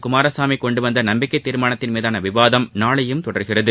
குமாரசாமி கொண்டுவந்த நம்பிக்கை தீர்மானத்தின் மீதான விவாதம் நாளையும் தொடருகிறது